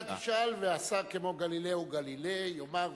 אתה תשאל והשר כמו גליליאו גליליי יאמר,